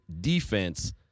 defense